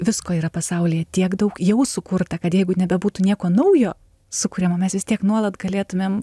visko yra pasaulyje tiek daug jau sukurta kad jeigu nebebūtų nieko naujo sukuriama mes vis tiek nuolat galėtumėm